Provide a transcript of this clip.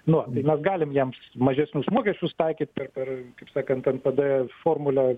nu va mes galime jiems mažesnius mokesčius taikyt per per kaip sakant npd formulę